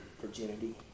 virginity